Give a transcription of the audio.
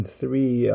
three